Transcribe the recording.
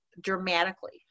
dramatically